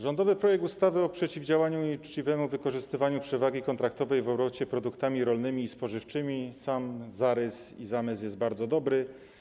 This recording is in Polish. Rządowy projekt ustawy o przeciwdziałaniu nieuczciwemu wykorzystywaniu przewagi kontraktowej w obrocie produktami rolnymi i spożywczymi - sam zarys i zamysł są bardzo dobre.